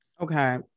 Okay